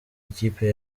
ikipe